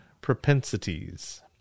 propensities